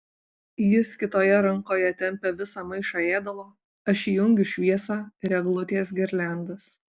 jis kitoje rankoje tempia visą maišą ėdalo aš įjungiu šviesą ir eglutės girliandas